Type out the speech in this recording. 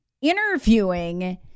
interviewing